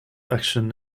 action